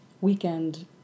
weekend